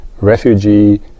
refugee